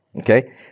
okay